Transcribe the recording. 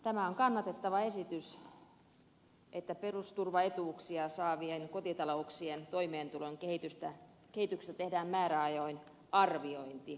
tämä on kannatettava esitys että perusturvaetuuksia saavien kotitalouksien toimeentulon kehityksestä tehdään määräajoin arviointi